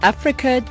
Africa